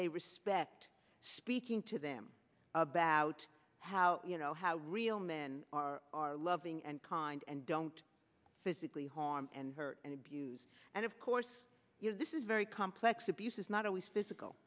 they respect speaking to them about how you know how real men are are loving and kind and don't physically harm and hurt and abuse and of course this is very complex abuse is not always physical